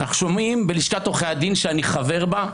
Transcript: אנחנו שומעים בלשכת עורכי הדין שאני חבר בה,